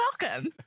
welcome